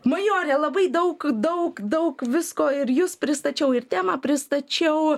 majore labai daug daug daug visko ir jus pristačiau ir temą pristačiau